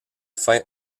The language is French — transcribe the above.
fin